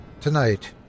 Tonight